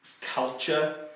culture